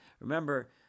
Remember